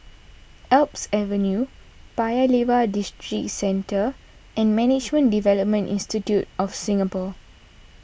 Alps Avenue Paya Lebar Districentre and Management Development Institute of Singapore